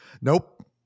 Nope